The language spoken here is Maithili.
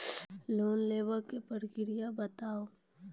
लोन लेवे के प्रक्रिया बताहू?